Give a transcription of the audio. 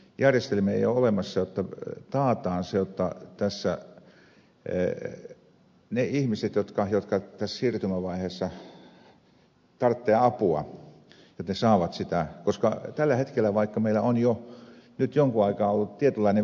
järjestelmiä ei ole olemassa joilla taataan se jotta ne ihmiset jotka tässä siirtymävaiheessa tarvitsevat apua saavat sitä vaikka meillä on jo nyt jonkin aikaa ollut tietynlainen vakiintunut järjestelmä